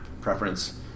preference